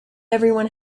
everyone